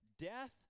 death